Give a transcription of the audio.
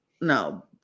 No